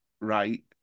right